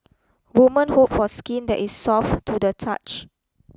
women hope for skin that is soft to the touch